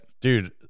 dude